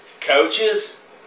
coaches